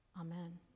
Amen